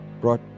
brought